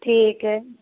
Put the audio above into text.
ठीक है